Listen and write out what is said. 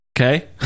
okay